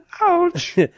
ouch